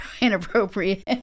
inappropriate